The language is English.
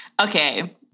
Okay